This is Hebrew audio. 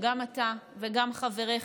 שגם אתה וגם חבריך,